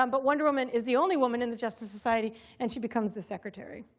um but wonder woman is the only woman in the justice society and she becomes the secretary.